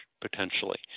potentially